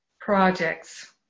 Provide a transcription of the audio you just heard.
Projects